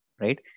Right